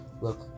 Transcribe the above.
look